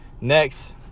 Next